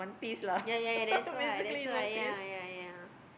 ya ya that's why that's why ya ya ya